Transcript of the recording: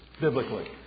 biblically